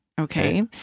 Okay